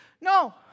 no